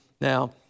Now